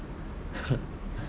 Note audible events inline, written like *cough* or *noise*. *laughs*